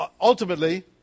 ultimately